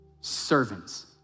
servants